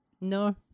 No